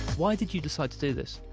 why did you decide to do this?